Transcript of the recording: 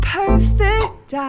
perfect